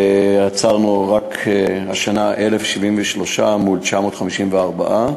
עצרנו רק השנה 1,073 מול 954,